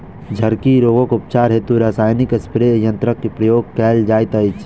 झड़की रोगक उपचार हेतु रसायनिक स्प्रे यन्त्रकक प्रयोग कयल जाइत अछि